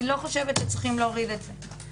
אני לא חושבת שצריך להוריד את זה.